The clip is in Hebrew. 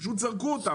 פשוט זרקו אותם.